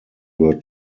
were